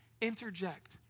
Interject